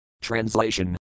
Translation